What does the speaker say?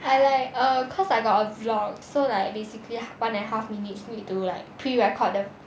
I like err cause I got a vlog so like basically one and half minutes you need to like pre record the